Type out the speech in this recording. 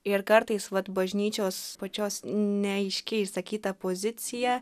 ir kartais vat bažnyčios pačios neaiškiai išsakyta pozicija